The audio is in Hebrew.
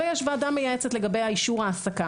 ויש ועדה מייעצת לגבי אישור ההעסקה.